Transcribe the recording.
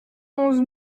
onze